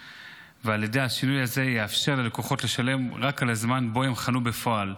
על ידי השינוי הזה יתאפשר ללקוחות לשלם רק על הזמן שבו הם חנו בפועל,